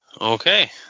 Okay